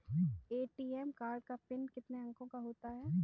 ATM card का PIN कितने अंकों का होता है?